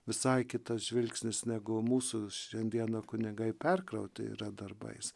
visai kitas žvilgsnis negu mūsų šiandieną kunigai perkrauti yra darbais